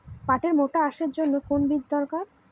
পাটের মোটা আঁশের জন্য কোন বীজ দরকার?